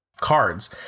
cards